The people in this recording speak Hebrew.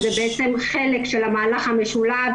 שזה בעצם חלק של המהלך המשולב.